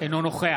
אינו נוכח